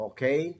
Okay